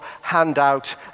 handout